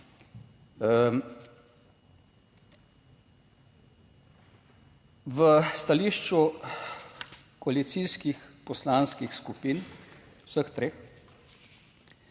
V stališču koalicijskih poslanskih skupin, vseh treh,